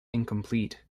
incomplete